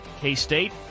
K-State